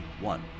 one